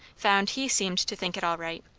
found he seemed to think it all right,